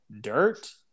dirt